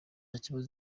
kibazo